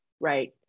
Right